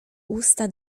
usta